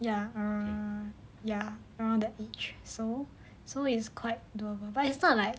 ya err ya around that age so so it's quite doable but it's not like